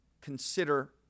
consider